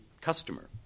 customer